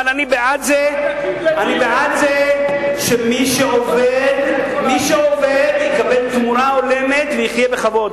אבל אני בעד זה שמי שעובד יקבל תמורה הולמת ויחיה בכבוד.